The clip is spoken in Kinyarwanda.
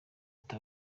ati